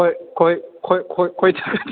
खय खय खय खयथाखानि